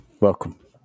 welcome